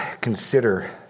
consider